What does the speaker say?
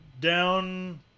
down